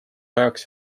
ajaks